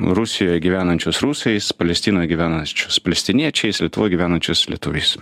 rusijoje gyvenančius rusais palestinoje gyvenančius palestiniečiais lietuvoje gyvenančius lietuviais